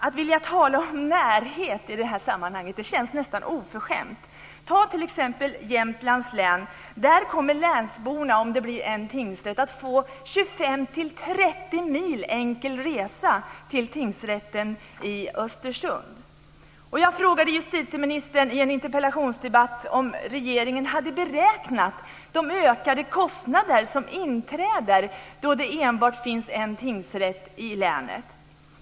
Att vilja tala om närhet i det här sammanhanget känns nästan oförskämt. Ta t.ex. Jämtlands län. Där kommer länsborna om det blir en tingsrätt att få 25 Jag frågade justitieministern i en interpellationsdebatt om regeringen hade beräknat de ökade kostnader som inträder då det enbart finns en tingsrätt i länet.